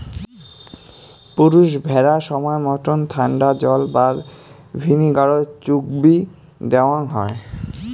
পুরুষ ভ্যাড়া সমায় মতন ঠান্ডা জল বা ভিনিগারত চুগবি দ্যাওয়ং হই